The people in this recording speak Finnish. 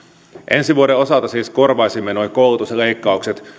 ensi vuoden osalta siis korvaisimme nuo koulutusleikkaukset